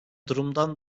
durumdan